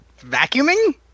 Vacuuming